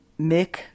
Mick